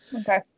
Okay